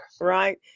Right